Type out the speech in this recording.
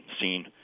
seen